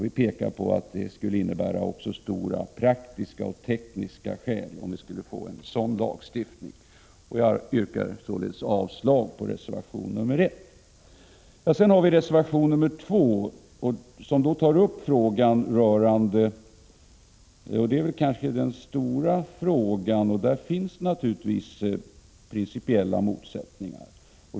Vi pekar på att det skulle innebära även stora praktiska och tekniska svårigheter, om vi skulle få en sådan lagstiftning. Jag yrkar således avslag på reservation 1. I reservation 2 tas den kanske stora frågan i detta sammanhang upp. Där finns naturligtvis principiella motsättningar.